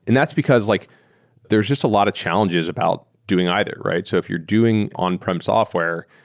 and that's because like there're just a lot of challenges about doing either, right? so if you're doing on prem software,